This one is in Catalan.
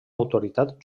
autoritat